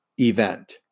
event